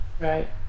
right